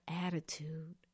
attitude